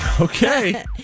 Okay